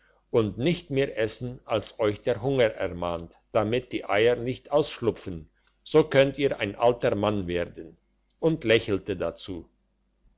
und nicht mehr essen als euch der hunger ermahnt damit die eier nicht ausschlupfen so könnt ihr ein alter mann werden und lächelte dazu